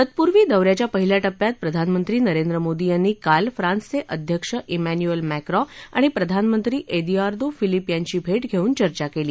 तत्पूर्वी दौ याच्या पहिल्या टप्प्यात प्रधानमंत्री नरेंद्र मोदी यांनी काल फ्रान्सचे अध्यक्ष श्रिन्युअल मॅक्रॉं आणि प्रधानमंत्री एद्आर्दो फिलिप यांची भेट धेऊन चर्चा केली